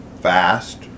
fast